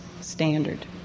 standard